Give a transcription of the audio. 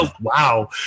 Wow